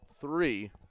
three